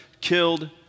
killed